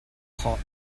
khawh